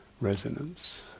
resonance